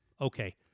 okay